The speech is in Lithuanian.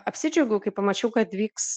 apsidžiaugiau kai pamačiau kad vyks